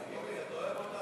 אתה אוהב אותם